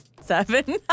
Seven